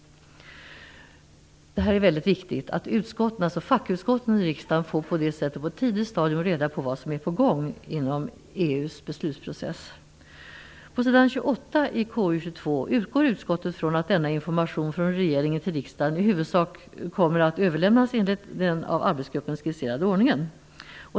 Det är väldigt viktigt att fackutskotten i riksdagen på ett tidigt stadium får reda på vad som är på gång inom EU:s beslutsprocess. På s. 28 i KU22 utgår utskottet från att denna information från regeringen till riksdagen i huvudsak kommer att överlämnas enligt den av arbetsgruppen skisserade ordningen.